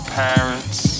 parents